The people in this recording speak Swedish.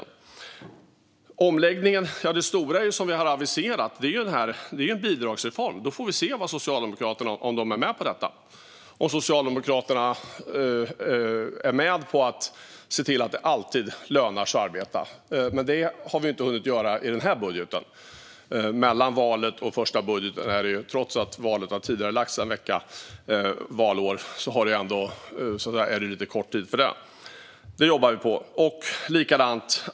När det gäller omläggningen är det stora som vi har aviserat en bidragsreform. Vi får se om Socialdemokraterna är med på detta, på att se till att det alltid lönar sig att arbeta. Men detta har vi inte hunnit göra i den här budgeten. Mellan valet och första budgeten är det, trots att valet har tidigarelagts en vecka under valår, lite kort tid för detta. Vi jobbar på det.